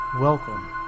Welcome